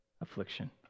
affliction